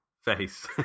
face